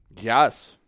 Yes